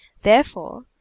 therefore